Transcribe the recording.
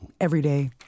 everyday